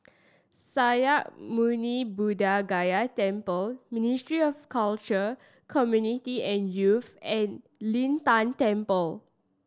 Sakya Muni Buddha Gaya Temple Ministry of Culture Community and Youth and Lin Tan Temple